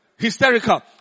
Hysterical